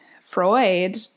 Freud